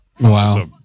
Wow